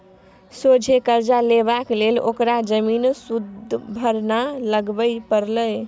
सोझे करजा लेबाक लेल ओकरा जमीन सुदभरना लगबे परलै